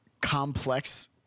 complex